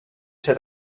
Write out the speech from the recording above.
ser